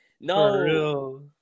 No